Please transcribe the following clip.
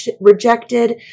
rejected